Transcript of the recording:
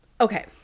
Okay